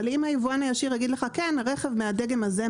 אבל אם היבואן הישיר יגיד לך שרכב מהדגם הזה,